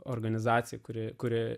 organizacija kuri kurie